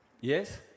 Yes